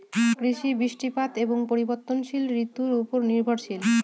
কৃষি বৃষ্টিপাত এবং পরিবর্তনশীল ঋতুর উপর নির্ভরশীল